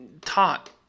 taught